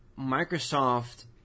Microsoft